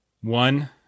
One